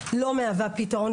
לא מהווה פתרון,